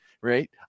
right